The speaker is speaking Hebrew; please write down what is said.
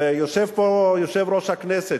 יושב פה יושב-ראש הכנסת.